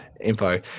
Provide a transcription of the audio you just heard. info